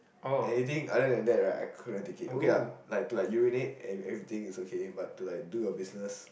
anything other than that right I couldn't take okay lah like to urinate and everything it's okay but to like do your business